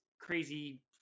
crazy